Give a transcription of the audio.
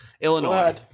Illinois